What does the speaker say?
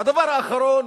והדבר האחרון: